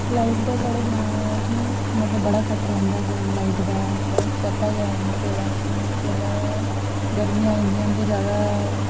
light दा साढ़े ग्रांऽ ऐ की मतलब की बड़ा कट रौह्ंदा ऐ लाइट दा थोह्ड़ा स्यापा गै इ'यां पेदा की जेल्लै गरमियां आई जन्दियां ते जादे